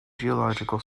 geological